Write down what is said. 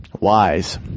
wise